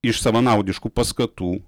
iš savanaudiškų paskatų